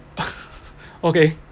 okay